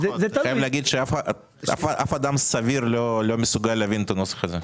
אני חייב להגיד שאף אדם סביר לא מסוגל להבין את הנוסח הזה.